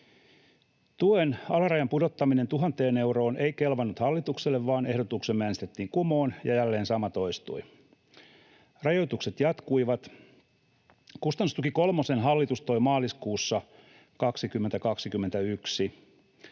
Tuen alarajan pudottaminen tuhanteen euroon ei kelvannut hallitukselle, vaan ehdotuksemme äänestettiin kumoon, ja jälleen sama toistui: Rajoitukset jatkuivat, ja kustannustuki kolmosen hallitus toi maaliskuussa 2021.